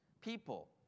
people